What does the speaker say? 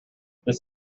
this